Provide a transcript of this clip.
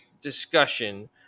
discussion